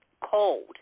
cold